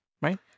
Right